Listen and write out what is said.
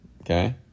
okay